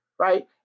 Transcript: right